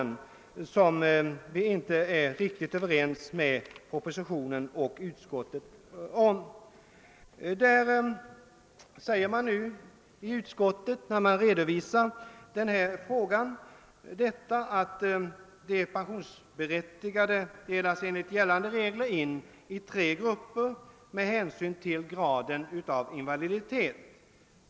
Vi reservanter delar inte utskottets mening, och i reservationen 5 stöder vi motionsförslaget. Utskottet säger i sin redovisning av denna fråga: »De pensionsberättigade delas enligt gällande regler in i tre grupper med hänsyn till graden av invaliditet.